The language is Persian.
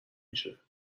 میشه